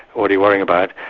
what are you worrying about?